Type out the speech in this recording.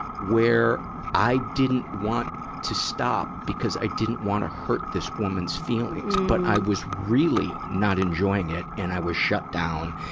where i didn't want to stop because i didn't want to hurt this woman's feelings. but i was really not enjoying it, and i was shut down.